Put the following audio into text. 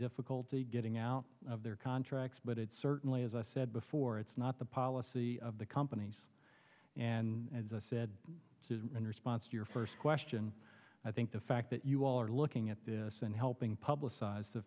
difficulty getting out of their contracts but it's certainly as i said before it's not the policy of the companies and as i said in response to your first question i think the fact that you all are looking at this and helping publicize the